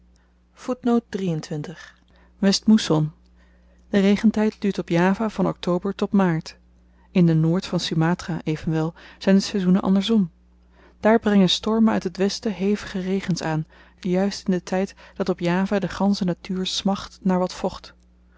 westmoesson de regentyd duurt op java van oktober tot maart in de noord van sumatra evenwel zyn de saizoenen andersom daar brengen stormen uit het westen hevige regens aan juist in den tyd dat op java de gansche natuur smacht naar wat vocht